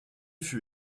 fut